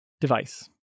device